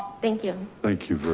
thank you. thank you